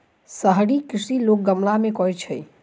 शहरी कृषि लोक गमला मे करैत छै